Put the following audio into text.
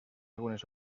algunes